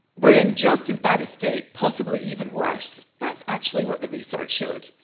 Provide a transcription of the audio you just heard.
we are in just as bad a state, possibly even worse. that's actually what the research showed.